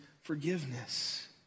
forgiveness